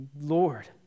Lord